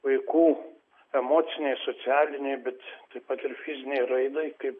vaikų emocinei socialinei bet taip pat ir fizinei raidai kaip